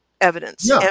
evidence